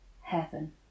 heaven